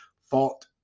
fought